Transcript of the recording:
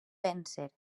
vèncer